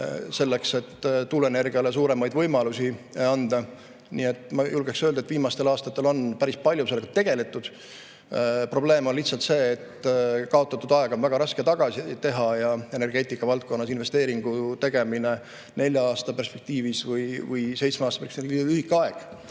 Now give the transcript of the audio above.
selleks, et tuuleenergiale [rohkem] võimalusi anda. Nii et ma julgeks öelda, et viimastel aastatel on päris palju sellega tegeletud. Probleem on lihtsalt see, et kaotatud aega on väga raske tagasi teha ja energeetikavaldkonnas on investeeringu tegemiseks nelja-aastane perspektiiv või seitsmeaastane